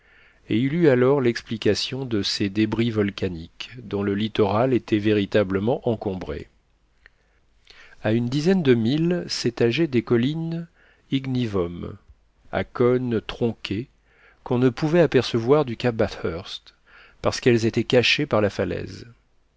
et il eut alors l'explication de ces débris volcaniques dont le littoral était véritablement encombré à une dizaine de milles s'étageaient des collines ignivomes à cône tronqué qu'on ne pouvait apercevoir du cap bathurst parce qu'elles étaient cachées par la falaise